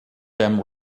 them